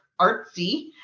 artsy